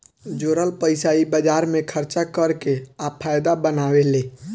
जोरल पइसा इ बाजार मे खर्चा कर के आ फायदा बनावेले